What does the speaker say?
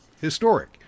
historic